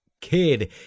kid